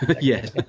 Yes